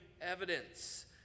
evidence